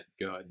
good